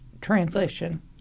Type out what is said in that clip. translation